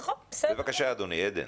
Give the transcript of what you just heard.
בבקשה עדן.